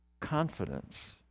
Confidence